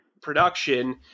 production